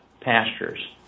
pastures